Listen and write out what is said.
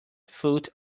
foot